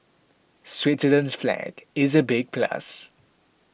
Switzerland's flag is a big plus